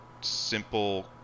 simple